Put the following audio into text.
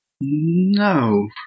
No